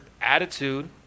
attitude